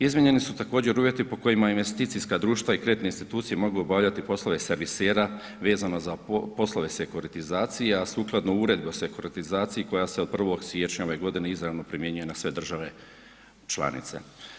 Izmijenjeni su također uvjeti po kojima investicijska društva i kreditne institucije mogu obavljati poslove servisera vezano za poslove sekuritizacija, a sukladno Uredba o sekuritizaciji koja se od 1. siječnja ove godine izravno primjenjuje na sve države članice.